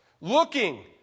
looking